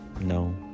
no